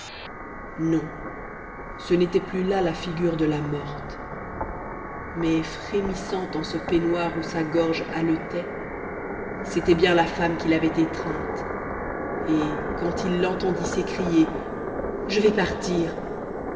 non ce n'était plus à la figure de la morte mais frémissante en ce peignoir où sa gorge haletait c'était bien la femme qu'il avait étreinte et quand il l'entendit s'écrier je vais partir